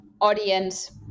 audience